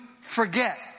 forget